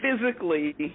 physically